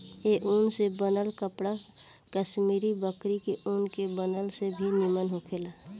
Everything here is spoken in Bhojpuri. ए ऊन से बनल कपड़ा कश्मीरी बकरी के ऊन के बनल से भी निमन होखेला